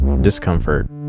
discomfort